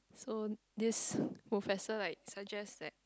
so this professor like suggest that